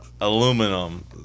Aluminum